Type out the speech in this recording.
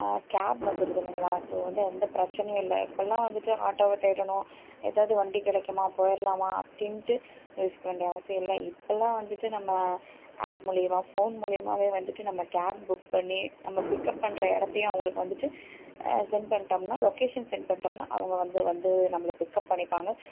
gap வந்துடுது இல்லைங்களா so எந்தப் பிரச்சினையும் இல்லை இப்போதெல்லாம் வந்துட்டு ஆட்டோவை தேடணும் ஏதாவது வண்டி கிடைக்குமா போயிடலாமா அப்படின்ட்டு யோசிக்க வேண்டிய அவசியமில்ல இப்போதெல்லாம் வந்துட்டு நம்ம ஆப் மூலமா ஃபோன் மூலமா வந்துவிட்டு கேப் புக் பண்ணி நம்ம பிக்கப் பண்ணுற இடத்தியும் அவங்களுக்கு வந்துவிட்டு அசைன் பண்ணிடோன்னா லொக்கேஷன் சென்ட் பண்ணிடோனா அவங்க வந்து வந்து நம்மளை பிக்கப் பண்ணிப்பாங்க